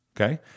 Okay